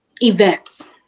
events